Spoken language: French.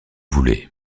voulez